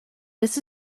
this